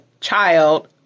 child